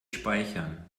speichern